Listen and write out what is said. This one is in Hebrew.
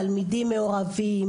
תלמידים מעורבים,